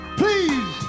please